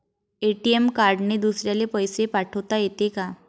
ATM कार्डने दुसऱ्याले पैसे पाठोता येते का?